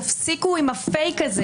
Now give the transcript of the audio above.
תפסיקו עם הפייק הזה.